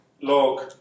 log